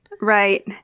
Right